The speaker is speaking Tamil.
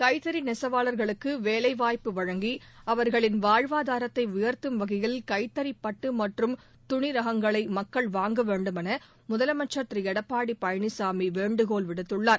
கைத்தறி நெசவாளர்களுக்கு வேலைவாய்ப்பு வழங்கி அவர்களின் வாழ்வாதாரத்தை உயர்த்தும் வகையில் கைத்தறி பட்டு மற்றும் துணி ரகங்களை மக்கள் வாங்க வேண்டுமென முதலமைச்சா் திரு எடப்பாடி பழனிசாமி வேண்டுகோள் விடுத்துள்ளார்